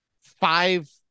Five